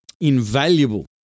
invaluable